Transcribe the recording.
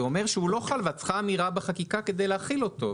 אומר שהוא לא חל ואת צריכה אמירה בחקיקה כדי להחיל אותו.